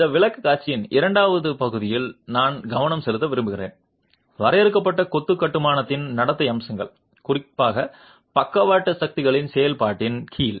இந்த விளக்கக்காட்சியின் இரண்டாம் பாதியில் நான் கவனம் செலுத்த விரும்புகிறேன் வரையறுக்கப்பட்ட கொத்து கட்டுமானத்தின் நடத்தை அம்சங்கள் குறிப்பாக பக்கவாட்டு சக்திகளின் செயல்பாட்டின் கீழ்